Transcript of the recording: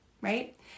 right